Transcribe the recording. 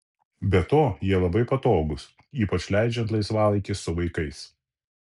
be to jie labai patogūs ypač leidžiant laisvalaikį su vaikais